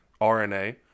RNA